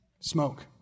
Smoke